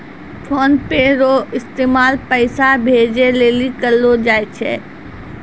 PhonePe रो इस्तेमाल पैसा भेजे लेली करलो जाय छै